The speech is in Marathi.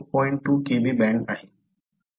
2 Kb बँड आहे